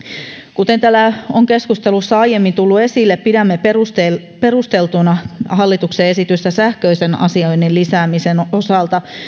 kuten täällä on keskustelussa aiemmin tullut esille pidämme perusteltuna hallituksen esitystä sähköisen asioinnin lisäämisen osalta